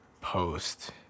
post